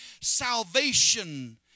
Salvation